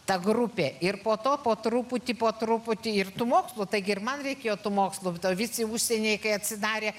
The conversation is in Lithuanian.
ta grupė ir po to po truputį po truputį ir tų mokslų taigi ir man reikėjo tų mokslų tie visi užsieniai kai atsidarė